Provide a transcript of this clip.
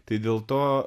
tai dėl to